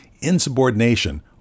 insubordination